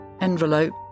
envelope